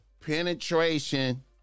penetration